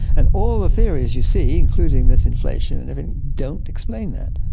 and all the theories you see, including this inflation and everything, don't explain that.